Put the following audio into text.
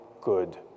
good